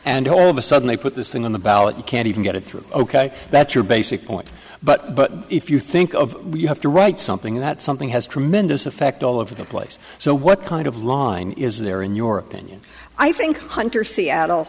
and all of a sudden they put this thing on the ballot you can't even get it through ok that's your basic point but but if you think of you have to write something that something has tremendous effect all over the place so what kind of line is there in your opinion i think hunter seattle